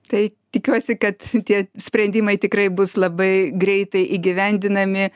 tai tikiuosi kad tie sprendimai tikrai bus labai greitai įgyvendinami